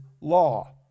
law